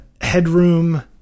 Headroom